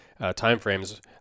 timeframes